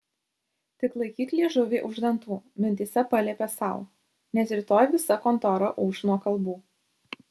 tik laikyk liežuvį už dantų mintyse paliepė sau nes rytoj visa kontora ūš nuo kalbų